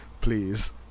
please